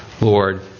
Lord